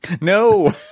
No